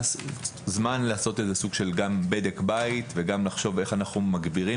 זמן לעשות סוג של בדק בית וגם לחשוב איך אנחנו מגבירים